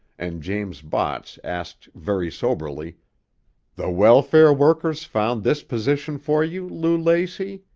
and james botts asked very soberly the welfare workers found this position for you, lou lacey?